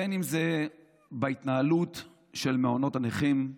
בין שזה בהתנהלות של מעונות הנכים,